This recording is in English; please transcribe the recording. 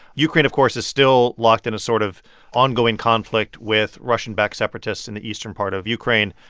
ukraine, of course, is still locked in a sort of ongoing conflict with russian-backed separatists in the eastern part of ukraine.